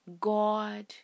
God